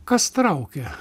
kas traukia